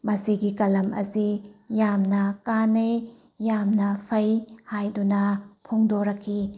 ꯃꯁꯤꯒꯤ ꯀꯂꯝ ꯑꯁꯤ ꯌꯥꯝꯅ ꯀꯥꯟꯅꯩ ꯌꯥꯝꯅ ꯐꯩ ꯍꯥꯏꯗꯨꯅ ꯐꯣꯡꯗꯣꯔꯛꯈꯤ